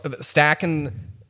stacking